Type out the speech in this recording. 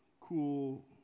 cool